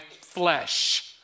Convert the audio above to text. flesh